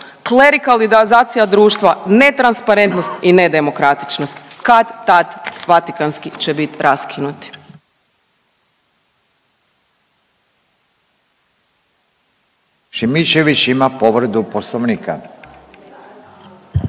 Klerikalizacija društva, netransparentnost i nedemokratičnost, kad-tad Vatikanski će bit raskinuti. **Radin, Furio (Nezavisni)**